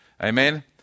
Amen